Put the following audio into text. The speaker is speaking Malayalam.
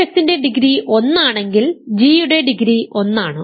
f ൻറെ ഡിഗ്രി 1 ആണെങ്കിൽ g യുടെ ഡിഗ്രി 1 ആണ്